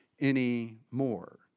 anymore